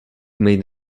made